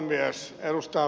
arvoisa puhemies